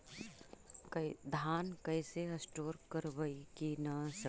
धान कैसे स्टोर करवई कि न सड़ै?